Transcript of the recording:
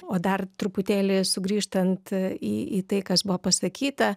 o dar truputėlį sugrįžtant į į tai kas buvo pasakyta